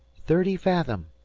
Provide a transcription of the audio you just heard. thirty fathom,